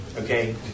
Okay